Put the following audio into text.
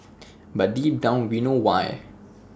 but deep down we know why